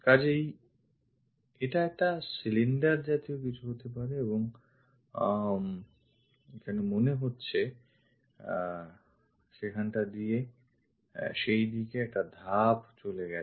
কাজেই এটা একটা cylinder জাতীয় কিছু হতে পারে এবং এটা মনে হচ্ছে সেখানটা দিয়ে সেই দিকে একটা ধাপ চলে গেছে